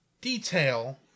detail